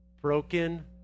broken